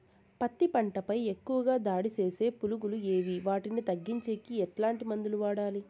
పత్తి పంట పై ఎక్కువగా దాడి సేసే పులుగులు ఏవి వాటిని తగ్గించేకి ఎట్లాంటి మందులు వాడాలి?